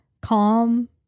calm